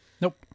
Nope